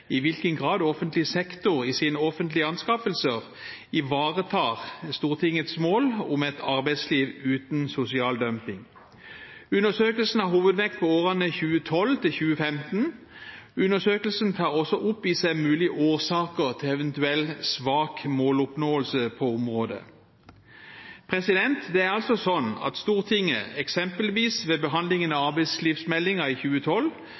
i hvilken grad offentlig sektor i sine offentlige anskaffelser ivaretar Stortingets mål om et arbeidsliv uten sosial dumping. Undersøkelsen har hovedvekt på årene 2012– 2015. Undersøkelsen tar også opp i seg mulige årsaker til eventuell svak måloppnåelse på området. Det er slik at Stortinget, eksempelvis ved behandlingen av arbeidslivsmeldingen i 2012,